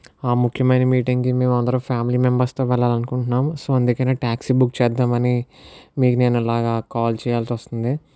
ఆ ముఖ్యమైన మీటింగ్కి మేము అందరము ఫ్యామిలీ మెంబర్స్తో వెళ్లాలనుకుంటున్నాము సో అందుకనే టాక్సీ బుక్ చేద్దామని మీకు నేను ఇలాగా కాల్ చేయాల్సి వస్తుంది